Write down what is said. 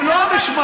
הם לא נשמעים?